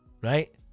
Right